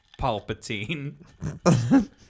Palpatine